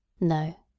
No